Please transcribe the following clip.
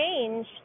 change